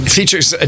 Features